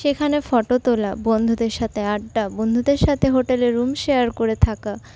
সেখানে ফটো তোলা বন্ধুদের সাথে আড্ডা বন্ধুদের সাথে হোটেলে রুম শেয়ার করে থাকা